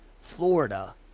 Florida